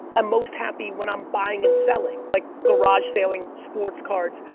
i'm most happy when i'm buying and selling, like garage selling sports cards.